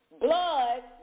blood